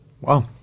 Wow